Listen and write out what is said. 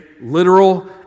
literal